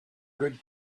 good